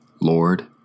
Lord